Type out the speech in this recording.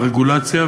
הרגולציה,